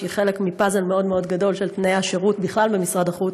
שהיא חלק מפאזל מאוד מאוד גדול של תנאי השירות בכלל במשרד החוץ,